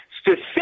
specific